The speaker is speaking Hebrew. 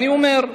אני אומר: